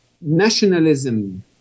nationalism